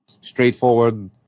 straightforward